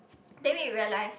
then we realise